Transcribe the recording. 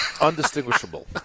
undistinguishable